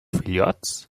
filhotes